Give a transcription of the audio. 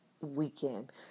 weekend